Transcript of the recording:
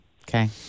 Okay